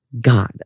God